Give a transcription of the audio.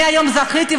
אני היום זכיתי,